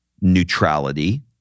neutrality